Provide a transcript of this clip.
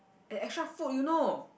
extra food you know